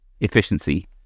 efficiency